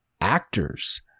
actors